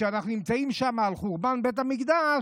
כשאנחנו נמצאים שם על חורבן בית המקדש,